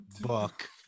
book